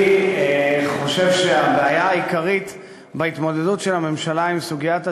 אני חושב שהבעיה העיקרית בהתמודדות של הממשלה עם סוגיית הדיור,